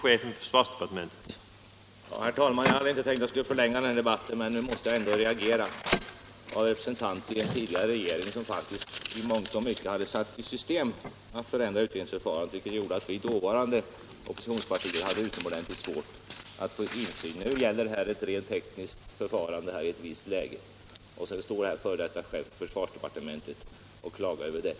Herr talman! Jag hade inte tänkt förlänga debatten, men nu måste jag ändå reagera mot en representant i den tidigare regeringen som faktiskt i mångt och mycket hade satt i system att förändra utredningsförfarandet, vilket gjorde att de dåvarande oppositionspartierna hade utomordentligt svårt att få insyn. Här gäller det nu ett rent tekniskt förfarande i ett visst läge, och så står förre chefen för försvarsdepartementet och klagar över det.